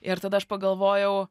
ir tada aš pagalvojau